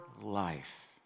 life